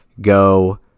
go